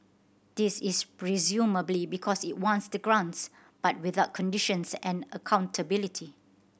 this is presumably because it wants the grants but without conditions and accountability